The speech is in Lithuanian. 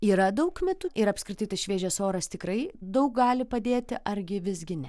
yra daug mitų ir apskritai tas šviežias oras tikrai daug gali padėti argi visgi ne